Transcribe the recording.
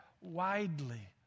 widely